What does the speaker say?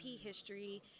history